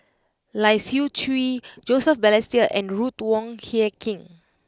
Lai Siu Chiu Joseph Balestier and Ruth Wong Hie King